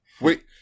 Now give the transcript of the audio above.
Wait